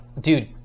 Dude